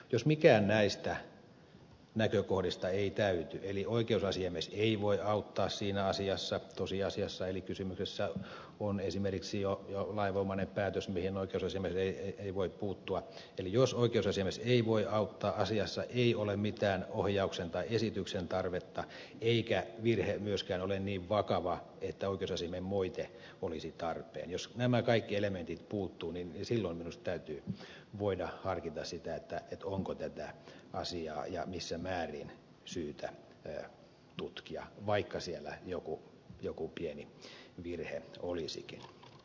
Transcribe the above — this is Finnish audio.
jos mikään näistä näkökohdista ei täyty eli oikeusasiamies ei voi auttaa siinä asiassa tosiasiassa eli kysymyksessä on esimerkiksi jo lainvoimainen päätös mihin oikeusasiamies ei voi puuttua jos oikeusasiamies ei voi auttaa asiassa ei ole mitään ohjauksen tai esityksen tarvetta eikä virhe myöskään ole niin vakava että oikeusasiamiehen moite olisi tarpeen jos nämä kaikki elementit puuttuvat silloin minusta täytyy voida harkita sitä onko tätä asiaa ja missä määrin syytä tutkia vaikka siellä jokin pieni virhe olisikin